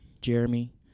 Jeremy